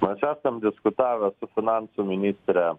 mes esam diskutavę su finansų ministre